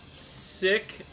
sick